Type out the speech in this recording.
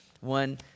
one